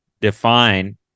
define